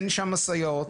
אין שם סייעות.